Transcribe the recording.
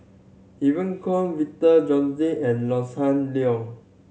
Evon Kow Victor Doggett and Hossan Leong